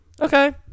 okay